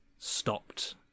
stopped